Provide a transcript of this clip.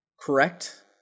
correct